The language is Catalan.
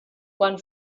quan